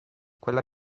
quella